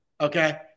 Okay